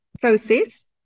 process